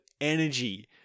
energy